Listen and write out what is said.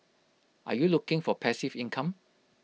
are you looking for passive income